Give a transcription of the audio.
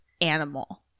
animal